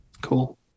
cool